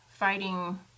Fighting